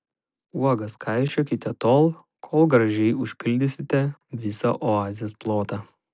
uogas kaišiokite tol kol gražiai užpildysite visą oazės plotą